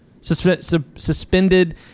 Suspended